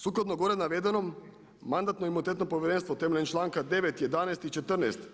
Sukladno gore navedenom Mandatno-imunitetno povjerenstvo temeljem članka 9., 11. i 14.